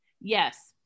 Yes